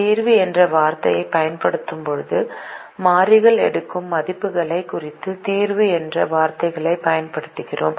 தீர்வு என்ற வார்த்தையைப் பயன்படுத்தும்போது மாறிகள் எடுக்கும் மதிப்புகளைக் குறிக்க தீர்வு என்ற வார்த்தையைப் பயன்படுத்துகிறோம்